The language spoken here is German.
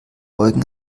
eugen